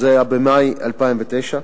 זה היה במאי 2009,